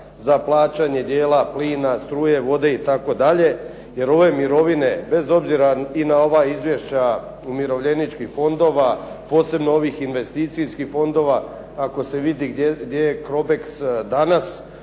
za plaćanje dijela plina, struje, vode i tako dalje jer ove mirovine, bez obzira i na ova izvješća umirovljeničkih fondova, posebno ovih investicijskih fondova ako se vidi gdje je Crobex danas,